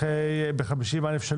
אחרי ב"50א3"